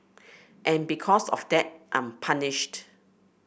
and because of that I'm punished